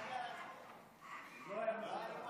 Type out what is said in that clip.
הצבעתי.